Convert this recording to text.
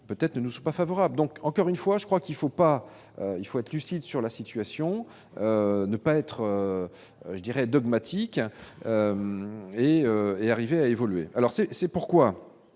peut-être ne nous sont pas favorables, donc encore une fois, je crois qu'il faut pas, il faut être lucide sur la situation, ne pas être je dirais dogmatique et est arrivé à évoluer, alors c'est, c'est pourquoi